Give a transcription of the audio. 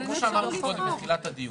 כמו שאמרתי קודם בתחילת הדיון,